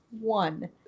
one